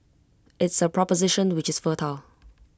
it's A proposition which is fertile